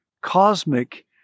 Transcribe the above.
cosmic